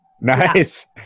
nice